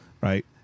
right